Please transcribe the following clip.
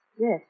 Yes